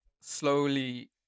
slowly